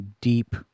deep